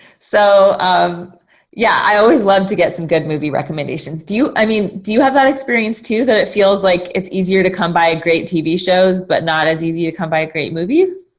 so um yeah i always love to get some good movie recommendations. do you, i mean, do you have that experience too? that it feels like it's easier to come by a great tv shows, but not as easy to come by a great movies.